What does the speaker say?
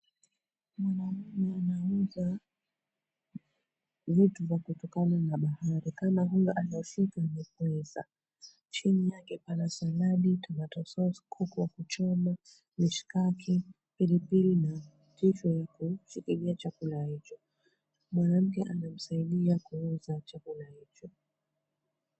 Mwanaume anauza vitu vya kutokana na bahari kama ule alioshika ni pweza. Chini yake pana saladi, tomato sauce , kuku wa kuchoma, mishikaki, pilipili na tissue ya kushikilia chakula hicho. Mwanamke anamsaidia kuuza chakula hicho.